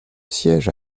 siège